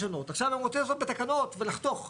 עכשיו אתה רוצה לעשות בתקנות, לחתוך חיתוך.